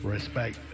Respect